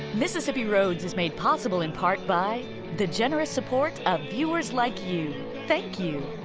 mississippi roads is made possible in part by the generous support of viewers like you. thank you.